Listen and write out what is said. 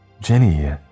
Jenny